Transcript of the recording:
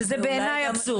שזה בעיניי אבסורד.